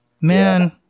man